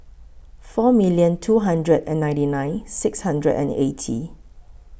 four million two hundred and ninety nine six hundred and eighty